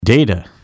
Data